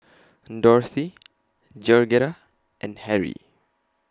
Dorthy Georgetta and Harry